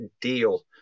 deal